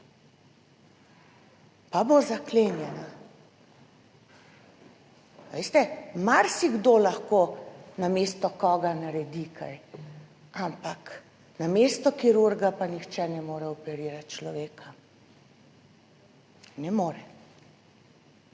Pa bo zaklenjena. A veste, marsikdo lahko namesto koga naredi kaj, ampak namesto kirurga pa nihče ne more operirati človeka. Ne more.